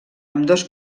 ambdós